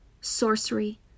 sorcery